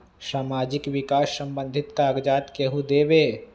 समाजीक विकास संबंधित कागज़ात केहु देबे?